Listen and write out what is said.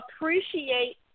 appreciate